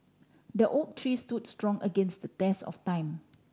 the oak tree stood strong against the test of time